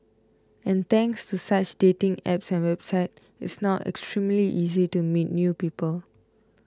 and thanks to such dating apps and websites it's now extremely easy to meet new people